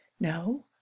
no